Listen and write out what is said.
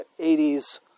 80s